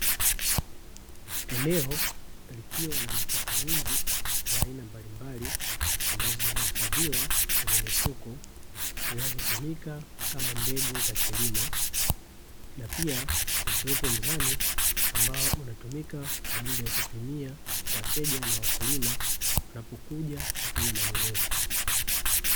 Eneo likiwa na nafaka nyingi za aina mbalimbali ambazo zimehifadhiwa kwenye mifuko zinazotumika kama mbegu za kilimo, na pia ukiwepo mzani ambao unatumika kwa ajili ya kupimia wateja na wakulima wanapo kuja kufanya manunuzi.